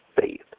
faith